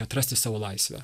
atrasti savo laisvę